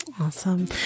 Awesome